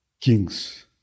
kings